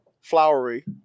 flowery